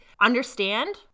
understand